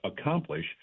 accomplish